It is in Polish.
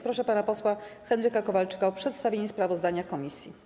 Proszę pana posła Henryka Kowalczyka o przedstawienie sprawozdania komisji.